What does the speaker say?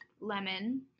lemon